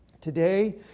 Today